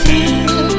Feel